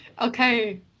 Okay